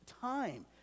time